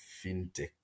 fintech